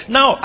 Now